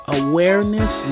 awareness